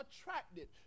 attracted